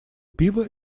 пива